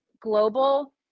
global